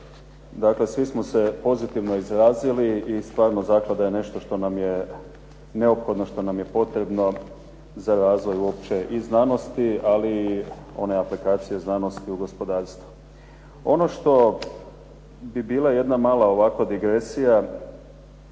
Dakle, svi smo se pozitivno izrazili i stvarno zaklada je nešto što nam je neophodno, što nam je potrebno za razvoj uopće i znanosti, ali i one aplikacije znanosti u gospodarstvo. Ono što bi bila jedna ovako mala digresija,